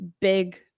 big